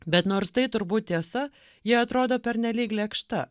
bet nors tai turbūt tiesa ji atrodo pernelyg lėkšta